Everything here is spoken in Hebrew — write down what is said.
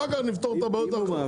אחר כך נפתור את הבעיות האחרות.